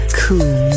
cool